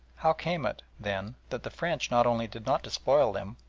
how came it, then, that the french not only did not despoil them,